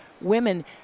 women